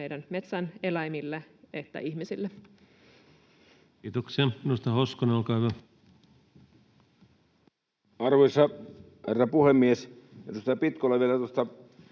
meidän metsän eläimille ja ihmisille. Kiitoksia. — Edustaja Hoskonen, olkaa hyvä. Arvoisa herra puhemies! Edustaja Pitkolle vielä tuosta